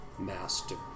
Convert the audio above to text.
master